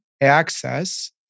access